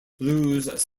blues